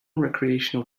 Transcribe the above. recreational